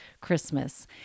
Christmas